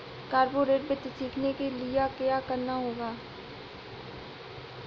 corporate वित्त सीखने के लिया क्या करना होगा